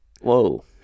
Whoa